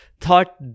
thought